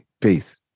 peace